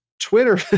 Twitter